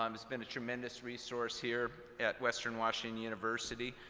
um he's been a tremendous resource here at western washington university.